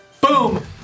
Boom